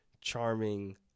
charming